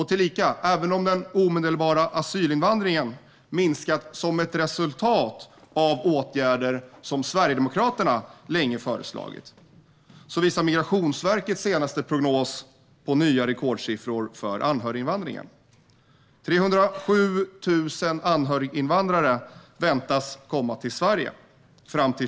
Tillika, även om den omedelbara asylinvandringen har minskat som ett resultat av åtgärder som Sverigedemokraterna länge föreslagit, visar Migrationsverkets senaste prognos på nya rekordsiffror för anhöriginvandringen: Fram till 2020 väntas 307 000 anhöriginvandrare komma till Sverige.